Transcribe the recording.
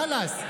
חלאס.